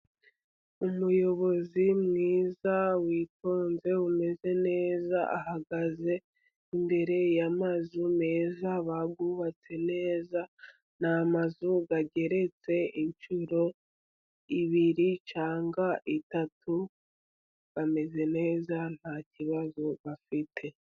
Umuyobozi mwiza, witonze, umeze neza ahagaze imbere y’amazu meza bayubatse neza. Ni amazu ageretse inshuro ebyiri cyangwa eshatu, bameze neza, nta kibazo bafite.